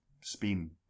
spin